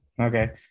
okay